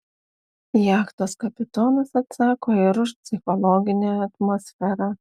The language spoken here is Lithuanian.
jachtos kapitonas atsako ir už psichologinę atmosferą